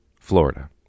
Florida